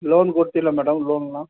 loan ಕೊಡ್ತಿಲಾ madam ಲೋನ್ನಾ